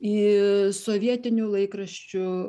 į sovietinių laikraščių